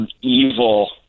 evil